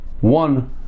one